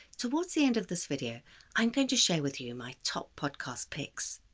towards the end of this video i'm going to share with you my top podcast picks.